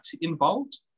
involved